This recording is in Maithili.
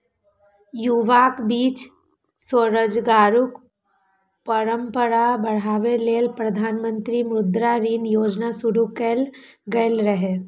युवाक बीच स्वरोजगारक परंपरा बढ़ाबै लेल प्रधानमंत्री मुद्रा ऋण योजना शुरू कैल गेल रहै